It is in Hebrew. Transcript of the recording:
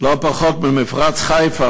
הוא לא פחות מאשר במפרץ חיפה,